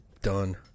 Done